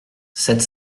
sept